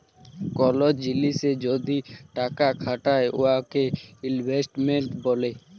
call জিলিসে যদি টাকা খাটায় উয়াকে ইলভেস্টমেল্ট ব্যলে